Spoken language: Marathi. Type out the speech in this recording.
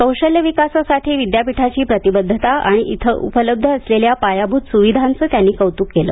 कौशल्य विकासासाठी विद्यापीठाची प्रतिबद्धता आणि इथं उपलब्ध असलेल्या पायाभूत सुविधांचं त्यांनी कौतुक केले